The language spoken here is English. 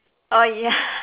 oh ya